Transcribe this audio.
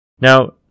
Now